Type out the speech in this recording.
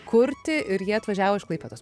kurti ir jie atvažiavo iš klaipėdos